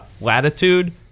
latitude